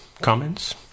Comments